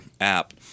app